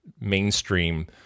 mainstream